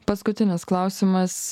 paskutinis klausimas